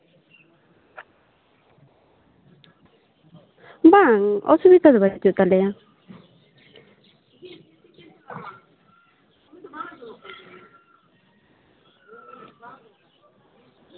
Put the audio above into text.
ᱵᱟᱝ ᱚᱥᱩᱵᱤᱫᱟ ᱜᱮ ᱵᱟᱪᱩᱜ ᱛᱟᱞᱮᱭᱟ